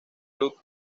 club